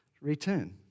return